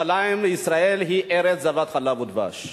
וישראל היא ארץ זבת חלב ודבש.